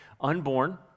unborn